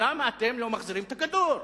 למה אתם לא מחזירים את הכדור?